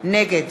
נגד